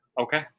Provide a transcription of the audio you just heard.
Okay